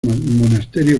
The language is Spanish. monasterio